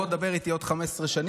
בוא ותדבר איתי בעוד 15 שנים,